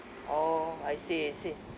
orh I see I see